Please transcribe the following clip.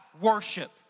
worship